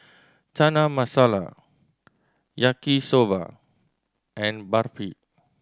Chana Masala Yaki Soba and Barfi